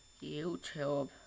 YouTube